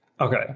Okay